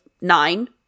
nine